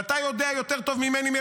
ואתה יודע יותר טוב ממני,